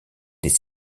des